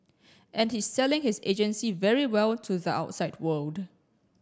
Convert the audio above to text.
and he's selling his agency very well to the outside world